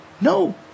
No